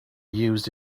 used